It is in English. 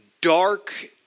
dark